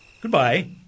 Goodbye